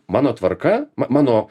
mano tvarka mano